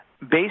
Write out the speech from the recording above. based